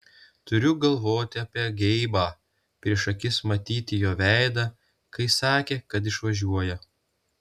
turiu galvoti apie geibą prieš akis matyti jo veidą kai sakė kad išvažiuoja